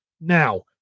Now